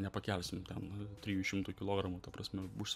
nepakelsim ten trijų šimtų kilogramų ta prasme bus